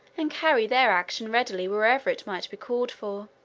and carry their action readily wherever it might be called for.